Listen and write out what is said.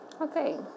Okay